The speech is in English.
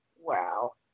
Wow